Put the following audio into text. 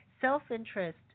self-interest